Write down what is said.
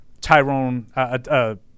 Tyrone